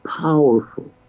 powerful